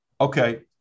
Okay